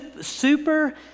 super